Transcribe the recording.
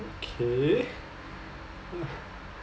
okay